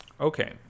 Okay